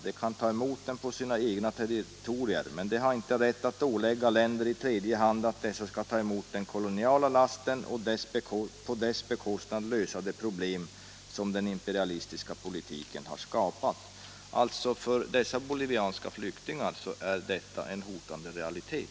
De kan ta emot dem på sina egna territorier, men de har inte rätt att ålägga länder i tredje hand att dessa ska ta emot den koloniala lasten och på egen bekostnad lösa de problem som den imperialistiska politiken har skapat.” För dessa bolivianska flyktingar är detta alltså en hotande realitet.